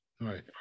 Right